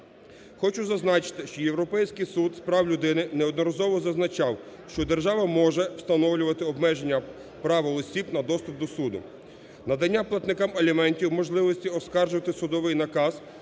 Хочу зазначити, що Європейський суд з прав людини неодноразово зазначав, що держава може встановлювати обмеження прав осіб на доступ до суду. Надання платникам аліментів можливості оскаржити судовий наказ